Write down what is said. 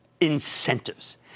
Incentives